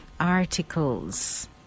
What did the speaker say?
articles